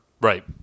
Right